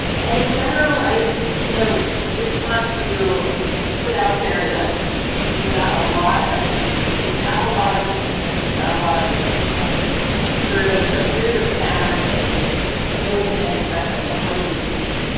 and in general, i you know just want to put out there that we got a lot of opinion, we we have a lot of opinions, we got a lot of opinions on this survey, so here's a smattering of just an open-ended question of like what do you think?